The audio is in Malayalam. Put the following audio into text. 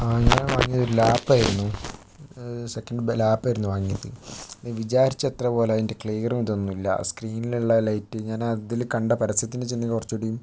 ഞാൻ വാങ്ങിയത് ഒരു ലാപ് ആയിരുന്നു സെക്കൻഡ് ലാപ് ആയിരുന്നു വാങ്ങിയത് വിചാരിച്ച അത്ര പോലെ അതിൻറെ ക്ലിയറും ഇതൊന്നും ഇല്ല സ്ക്രീനിനുള്ള ലൈറ്റ് ഞാനതില് കണ്ട പരസ്യത്തിൽ കുറച്ചൂ കൂടിയും